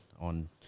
on –